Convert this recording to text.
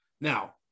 Now